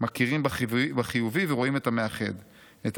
מכירים בחיובי ורואים את המאחד: את